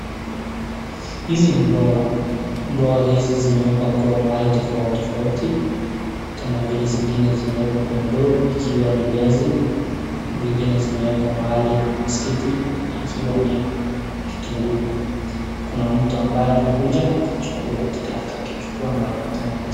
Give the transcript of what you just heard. Hizi ni mboga, mboga hizi zimewekwa kwa mahali tofauti tofauti kama vile zingine zimewekwa kwa ndoo ikiwa ni viazi , zingine zimewekwa mahali basketi ikiwa ni kitunguu .Kuna mtu ambaye amekuja akachukua ,akichukua anapatiana pesa .